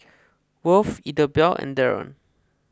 Worth Idabelle and Darron